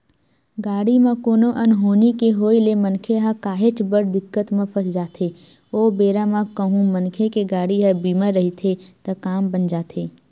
गाड़ी म कोनो अनहोनी के होय ले मनखे ह काहेच बड़ दिक्कत म फस जाथे ओ बेरा म कहूँ मनखे के गाड़ी ह बीमा रहिथे त काम बन जाथे